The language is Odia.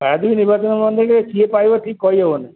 ଆଜିବି ନିର୍ବାଚନ ମଣ୍ଡଳୀ କିଏ ପାଇବ ଠିକ୍ କହିହେବନି